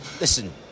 Listen